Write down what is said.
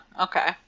Okay